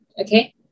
Okay